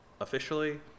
officially